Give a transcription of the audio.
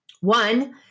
One